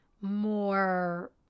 more